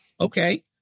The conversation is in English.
okay